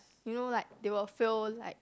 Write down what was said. you know like they will feel like